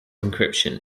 encryption